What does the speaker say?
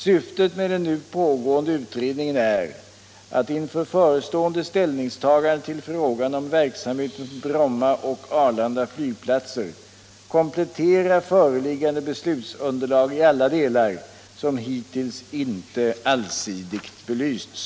Syftet med den nu pågående utredningen är att inför förestående ställningstagande till frågan om verksamheten på Bromma och Arlanda flygplatser komplettera föreliggande beslutsunderlag i alla de delar som hittills inte allsidigt belysts.